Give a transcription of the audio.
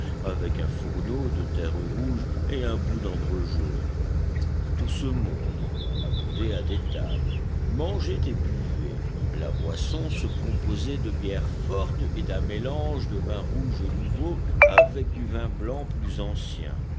avec un fourneau de terre rouge et un bout d'ambre jaune tout ce monde accoudé à des tables mangeait et buvait la boisson se composait de bière forte et d'un mélange de vin rouge nouveau avec du vin blanc plus ancien